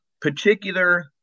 particular